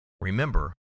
Remember